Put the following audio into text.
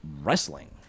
Wrestling